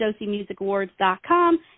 Josiemusicawards.com